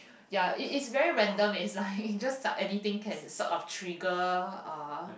ya it is very random it's like just like anything can sort of trigger uh